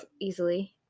easily